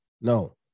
No